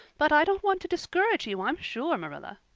but i don't want to discourage you i'm sure, marilla.